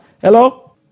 Hello